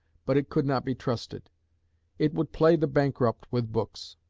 but it could not be trusted it would play the bankrupt with books.